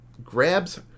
grabs